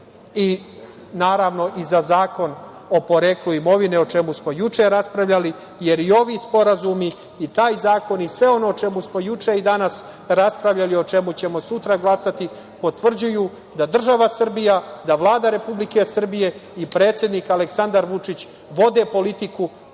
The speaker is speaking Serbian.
i naravno i za Zakon o poreklu imovine o čemu smo juče raspravljali, jer i ovi sporazumi i taj zakon i sve ono o čemu smo juče i danas raspravljali, o čemu ćemo sutra glasati, potvrđuju da država Srbija, da Vlada Republike Srbije i predsednik Aleksandar Vučić vode politiku koja